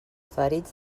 ferits